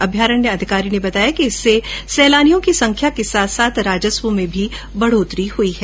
अभ्यारण्य अधिकारी ने बताया कि इससे पर्यटकों की संख्या के साथ साथ राजस्व में भी बढोतरी हुई है